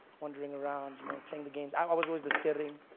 wondering around you know playing the games i was always the staring.